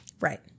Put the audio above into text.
Right